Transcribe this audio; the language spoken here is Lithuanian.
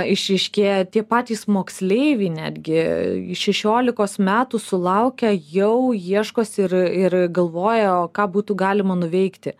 išryškėja tie patys moksleiviai netgi šešiolikos metų sulaukę jau ieškosi ir ir galvoja o ką būtų galima nuveikti